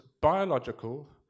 biological